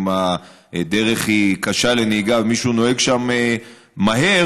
אם הדרך קשה לנהיגה ומישהו נוהג שם מהר,